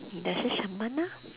你呢是什么呢